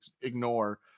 ignore